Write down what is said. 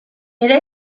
era